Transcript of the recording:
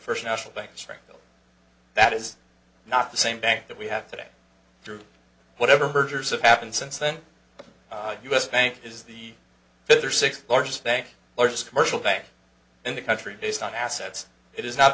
first national bank street that is not the same bank that we have today through whatever mergers have happened since then u s bank is the fifth or sixth largest bank largest commercial bank in the country based on assets it is not